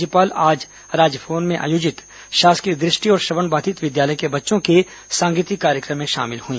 राज्यपाल आज राजभवन में आयोजित शासकीय दृष्टि और श्रवणबाधित विद्यालय के बच्चों के सांगीतिक कार्यक्रम में शामिल हुई